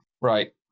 Right